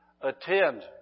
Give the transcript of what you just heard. attend